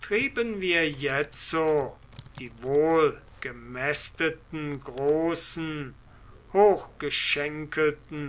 trieben wir jetzo die wohlgemästeten großen